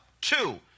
two